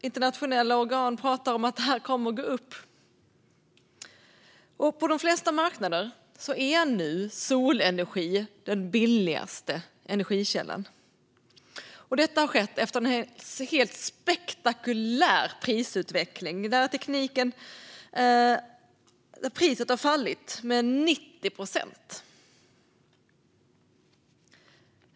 Internationella organ talar om att det kommer att gå upp. På de flesta marknader är nu solenergi den billigaste energikällan. Det har skett efter en helt spektakulär prisutveckling, där priset har fallit med 90 procent.